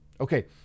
Okay